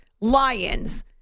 Lions